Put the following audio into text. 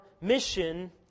mission